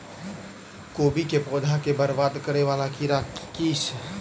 कोबी केँ पौधा केँ बरबाद करे वला कीड़ा केँ सा है?